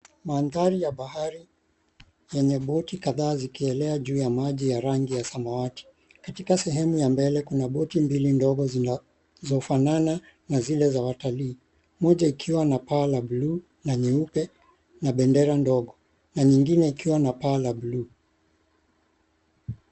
Mandhari ya bahari yenye boti kadhaa zikielea juu ya maji ya rangi ya samawati. Katika sehemu ya mbele, kuna boti mbili ndogo zinazofanana na zile za watalii. Moja ikiwa na paa la buluu na nyeupe na bendera ndogo. Na nyingine ikiwa na paa la buluu.